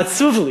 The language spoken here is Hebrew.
עצוב לי